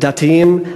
דתיים,